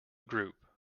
group